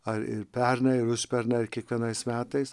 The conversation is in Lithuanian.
ar ir pernai ir užpernai ar kiekvienais metais